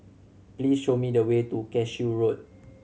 please show me the way to Cashew Road